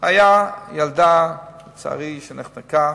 היתה ילדה, לצערי, שנחנקה.